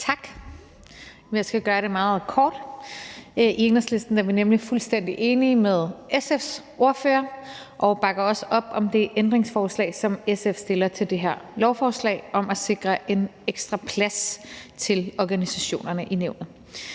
Tak. Jeg skal gøre det meget kort. I Enhedslisten er vi nemlig fuldstændig enige med SF's ordfører, og vi bakker også op om det ændringsforslag, som SF stiller til det her lovforslag, om at sikre en ekstra plads til organisationerne i nævnet.